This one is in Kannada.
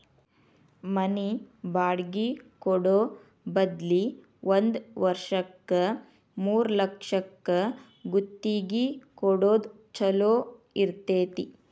ಮನಿ ಬಾಡ್ಗಿ ಕೊಡೊ ಬದ್ಲಿ ಒಂದ್ ವರ್ಷಕ್ಕ ಮೂರ್ಲಕ್ಷಕ್ಕ ಗುತ್ತಿಗಿ ಕೊಡೊದ್ ಛೊಲೊ ಇರ್ತೆತಿ